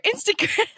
Instagram